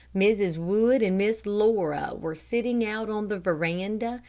mrs. wood and miss laura were sitting out on the veranda,